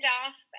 off